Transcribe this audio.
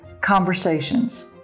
Conversations